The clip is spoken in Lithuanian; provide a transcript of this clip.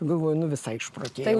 galvoju nu visai išprotėjau